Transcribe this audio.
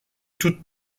toute